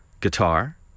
guitar